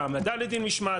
להעמדה לדין משמעתי,